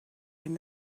him